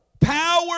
power